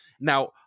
now